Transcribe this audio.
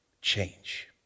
change